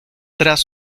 tras